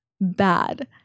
bad